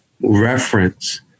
reference